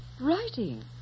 Writing